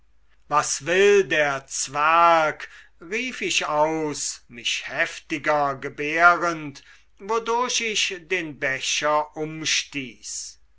was will der zwerg rief ich aus mich heftiger gebärdend wodurch ich den becher